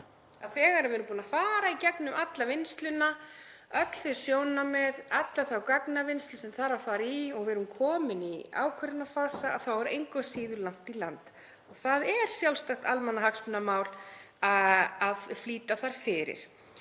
Þegar við erum búin að fara í gegnum alla vinnsluna, öll þau sjónarmið, alla þá gagnavinnslu sem þarf að fara í, og erum komin í ákvörðunarfasa, er engu að síður langt í land. Það er sjálfstætt almannahagsmunamál að flýta þar fyrir.